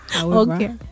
okay